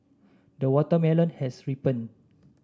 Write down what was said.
the watermelon has ripened